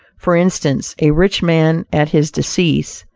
for instance, a rich man at his decease,